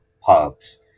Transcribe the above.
pubs